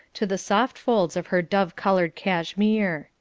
to the soft folds of her dove-coloured cashmere